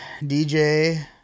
DJ